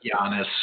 Giannis